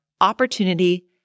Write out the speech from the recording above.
opportunity